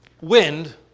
Wind